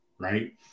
right